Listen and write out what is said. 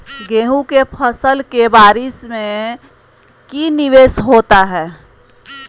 गेंहू के फ़सल के बारिस में की निवेस होता है?